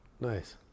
Nice